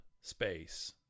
space